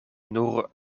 nur